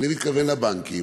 ואני מתכוון לבנקים: